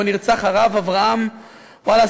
שבו נרצח הרב אברהם וולס,